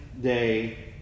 day